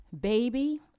baby